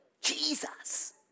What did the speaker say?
Jesus